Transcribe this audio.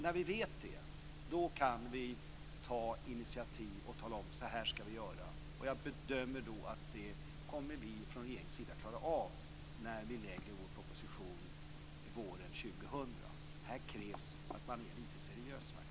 När vi vet det kan vi ta initiativ och säga: Så här skall vi göra. Jag bedömer att vi från regeringens sida kommer att klara av det när vi lägger fram vår proposition våren 2000. Här krävs faktiskt att man är lite seriös.